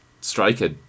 striker